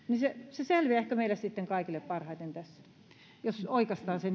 se selviää ehkä meille sitten kaikille parhaiten jos oikaistaan se